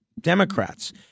Democrats